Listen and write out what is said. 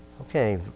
Okay